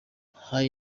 hari